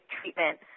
treatment